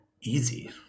easy